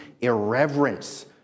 irreverence